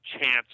chance